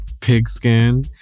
pigskin